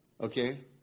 Okay